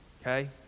Okay